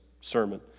sermon